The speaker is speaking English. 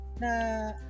Na